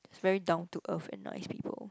very down to earth and nice people